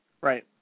Right